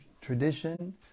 tradition